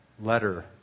letter